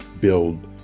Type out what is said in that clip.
build